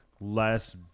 less